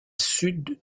sud